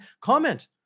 comment